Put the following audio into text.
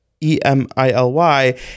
E-M-I-L-Y